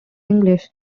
english